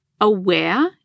aware